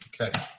Okay